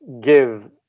give